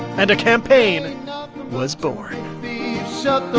and a campaign was born shut